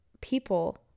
people